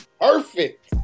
perfect